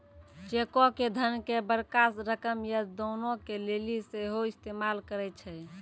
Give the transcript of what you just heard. चेको के धन के बड़का रकम या दानो के लेली सेहो इस्तेमाल करै छै